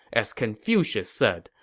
as confucius said,